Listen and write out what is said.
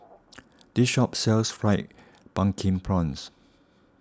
this shop sells Fried Pumpkin Prawns